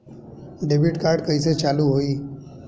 Debit card कइसे चालू होई?